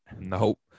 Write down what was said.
Nope